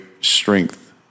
strength